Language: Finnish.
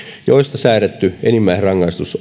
joista säädetty enimmäisrangaistus